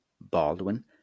baldwin